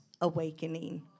awakening